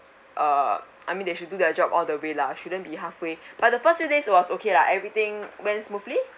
uh I mean they should do their job all the way lah shouldn't be halfway but the first few days it was okay uh everything went smoothly